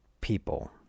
people